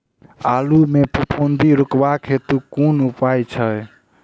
आलु मे फफूंदी रुकबाक हेतु कुन उपाय छै?